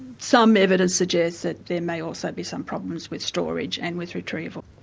some evidence suggests that there may also be some problems with storage and with retrieval.